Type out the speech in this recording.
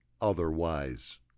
otherwise